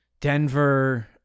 Denver